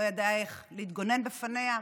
לא ידע איך להתגונן מפניה,